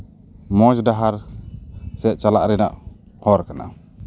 ᱢᱚᱡᱽ ᱰᱟᱦᱟᱨ ᱥᱮᱜ ᱪᱟᱞᱟᱜ ᱨᱮᱱᱟᱜ ᱦᱚᱨ ᱠᱟᱱᱟ